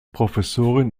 professorin